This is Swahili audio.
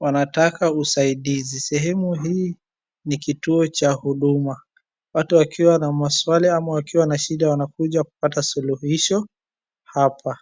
wanataka usaidizi, sehemu hii ni kituo cha huduma, watu wakiwa na maswali ama wakiwa na shida wanakuja kupata suluhisho hapa.